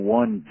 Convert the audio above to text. one